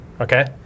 Okay